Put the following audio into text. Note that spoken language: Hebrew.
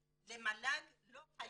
--- 2017.